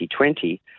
2020